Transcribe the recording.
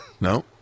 No